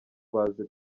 bazi